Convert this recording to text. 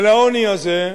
ולעוני הזה,